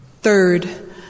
Third